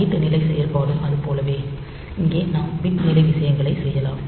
byte நிலை செயல்பாடும் அதுப் போலவே இங்கே நாம் பிட் நிலை விஷயங்களைச் செய்யலாம்